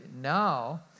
Now